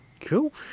cool